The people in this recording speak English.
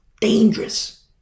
dangerous